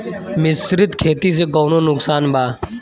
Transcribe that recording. मिश्रित खेती से कौनो नुकसान बा?